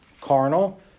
carnal